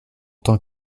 tant